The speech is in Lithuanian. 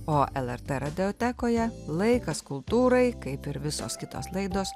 o lrt radijotekoje laikas kultūrai kaip ir visos kitos laidos